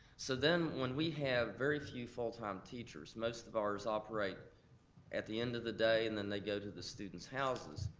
so then, when we have very few full time teachers, most of ours operate at the end of the day, and then they go to the students' houses.